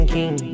King